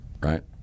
right